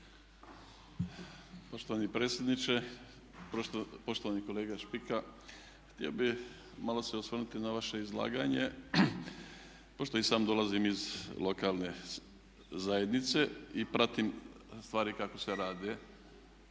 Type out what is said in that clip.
Poštovani predsjedniče, poštovani kolega Špika. Htio bih malo se osvrnuti na vaše izlaganje, pošto i sam dolazim iz lokalne zajednice i pratim stvari kako se rade